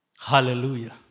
Hallelujah